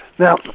Now